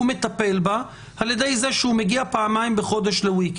הוא מטפל בה על ידי זה שהוא מגיע פעמיים בחודש לסוף שבוע.